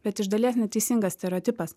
bet iš dalies neteisingas stereotipas